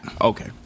Okay